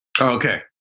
Okay